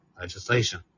legislation